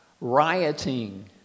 rioting